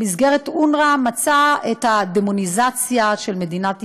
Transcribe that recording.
במסגרת אונר"א מצא דמוניזציה של מדינת ישראל,